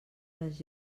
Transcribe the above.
les